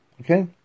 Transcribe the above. Okay